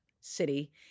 city